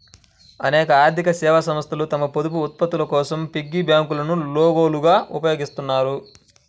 అనేక ఆర్థిక సేవా సంస్థలు తమ పొదుపు ఉత్పత్తుల కోసం పిగ్గీ బ్యాంకులను లోగోలుగా ఉపయోగిస్తాయి